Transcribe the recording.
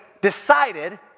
decided